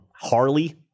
Harley